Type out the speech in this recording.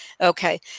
Okay